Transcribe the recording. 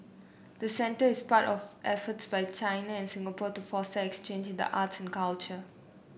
the centre is part of efforts by China and Singapore to foster exchanged the arts and culture